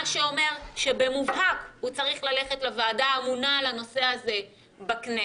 מה שאומר שבמובהק הוא צריך ללכת לוועדה האמונה על הנושא הזה בכנסת.